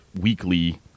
weekly